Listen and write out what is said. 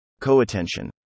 Co-attention